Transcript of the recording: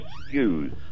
excuse